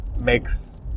makes